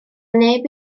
neb